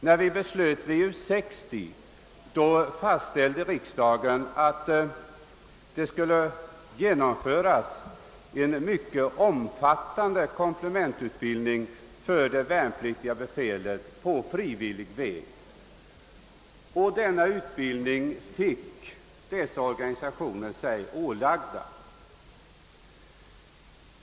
När riksdagen fattade beslut om VU 60 fastställde vi, att en mycket omfattande komplementutbildning för det värnpliktiga befälet skulle genomföras på frivillig väg, och denna utbildning fick de aktuella organisationerna sig anförtrodda.